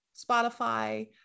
Spotify